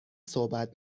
صحبت